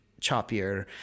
choppier